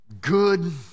good